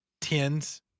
tens